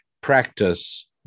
practice